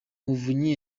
muvunyi